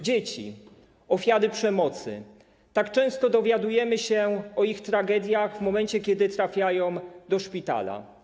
Dzieci - ofiary przemocy, tak często dowiadujemy się o ich tragediach w momencie, kiedy trafiają skatowane do szpitala.